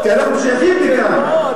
כי אנחנו שייכים לכאן, פה?